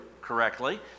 correctly